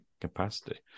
capacity